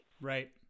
Right